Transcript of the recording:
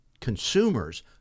consumers